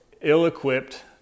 ill-equipped